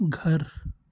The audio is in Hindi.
घर